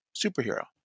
superhero